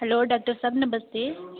hello doctor साह्ब नमस्ते